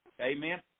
Amen